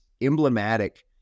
emblematic